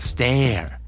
Stare